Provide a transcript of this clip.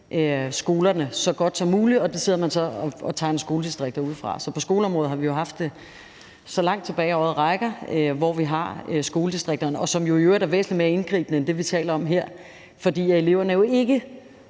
skolerne så godt som muligt. Og det sidder man så og tegner skoledistrikter ud fra. Så på skoleområdet har vi jo haft det, så langt tilbage øjet rækker, hvor vi har haft skoledistrikterne – som jo i øvrigt er væsentlig mere indgribende end det, vi taler om her, fordi eleverne ikke